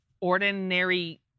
ordinary